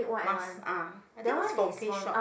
mask ah I think it's from Face-Shop